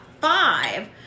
five